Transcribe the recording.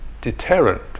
deterrent